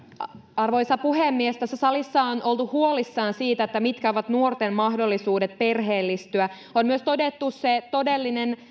arvoisa puhemies tässä salissa on oltu huolissaan siitä mitkä ovat nuorten mahdollisuudet perheellistyä on myös todettu se todellinen